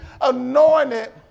anointed